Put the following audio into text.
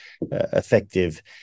effective